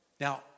Now